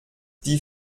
die